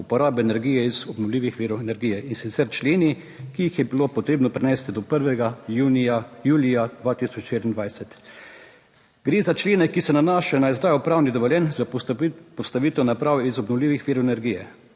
uporabe energije iz obnovljivih virov energije, in sicer členi, ki jih je bilo potrebno prenesti do 1. junija, julija 2024. Gre za člene, ki se nanašajo na izdajo upravnih dovoljenj za postavitev naprav iz obnovljivih virov energije.